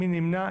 מי נמנע?